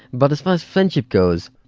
but as far as friendship goes,